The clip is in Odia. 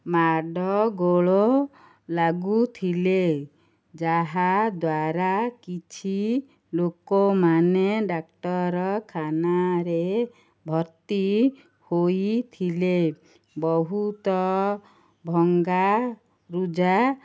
ମାଡ଼ଗୋଳ ଲାଗୁଥିଲେ ଯାହାଦ୍ୱାରା କିଛି ଲୋକମାନେ ଡାକ୍ତରଖାନାରେ ଭର୍ତ୍ତି ହୋଇଥିଲେ ବହୁତ ଭଙ୍ଗା ରୁଜା